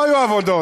לא היו עבודות.